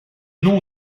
nom